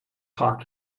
pot